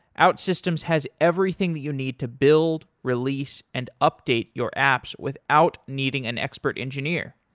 outsystems has everything that you need to build, release and update your apps without needing an expert engineer.